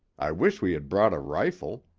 i wish we had brought a rifle